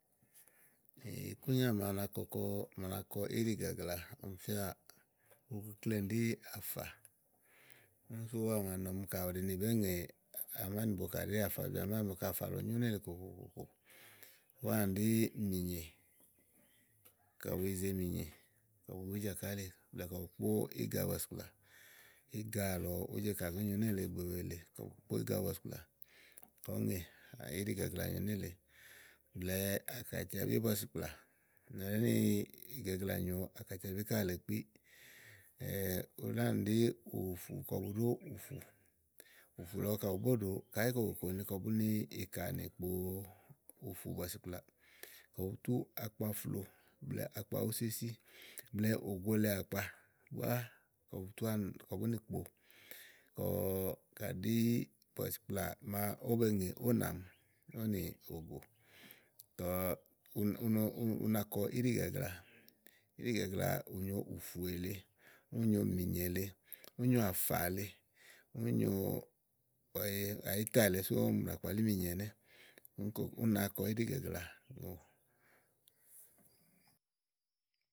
ikúnyà màa na kɔkɔ, màa na kɔkɔ, màa na kɔ íɖìgagla ɔmi fíà ukleklenì ɖí àfà úni sú à ma nɔ ni kaɖì ìbéè ŋè amánìbo kà ɖí àfabi àmánìbo kɔ àfà lɔ nyó nélèe kòkòkò. úwaanì ɖí mìnyè kɔbu yize mìnyè kɔ bu wú jàkálì blɛ̀ɛ kɔ bu kpó ígabɔ̀sìkplà iga àlɔ ùúje kà zó nyo nélèe ìgbè wèe lèe kpó ígabɔ̀sìkplà, kɔ̀ ŋè àyi íɖìgagla nyòo nélèe blɛ̀ɛ àkàtiabíbɔ̀sìkplà nìlɔ ɖí ni igagla nyòo ákàtiabí ká lée kpí u lánì ɖí ùfù kɔ bu ɖó ùfù. ùfù lɔ kayi bù bó ɖòo káyi kókòkò ni kɔbú nì ìkà nì kpo ùfù bɔ̀sìkplà kɔbu tú akpafloò blɛ̀ɛ akpawúsíwúsí blɛ̀ɛ ògolèe àkpa búá kɔbu tú àn kɔbu nì kpo, kɔ kàɖí bɔ̀sìkplà màa ówó be ŋè ówò nàmi ówò nì wogbù. Kɔ ùnùùna kɔ íɖìgagla, íɖìgagla ù nyo ùfù èle, úni nyo mìnyè lèe, úni nyo àfà lèe, úni nyo àyàyíta lèe sú ɔmi ɖàa kpalí mínyè ɛnɛ́ɛ, úni kò úna kɔ íɖìgagla gbɔ.